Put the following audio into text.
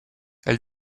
elles